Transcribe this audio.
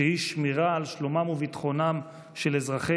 שהיא שמירה על שלומם וביטחונם של אזרחי